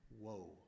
Whoa